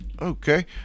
Okay